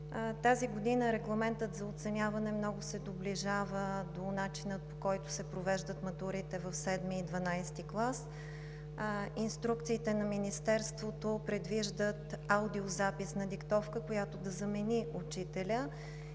Тази година регламентът за оценяване много се доближава до начина, по който се провеждат матурите в VІІ и ХІІ клас. Инструкциите на Министерството предвиждат аудиозапис на диктовка, която да замени учителя